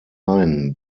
ein